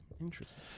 Interesting